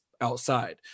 outside